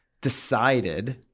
decided